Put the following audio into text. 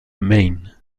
maine